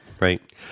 right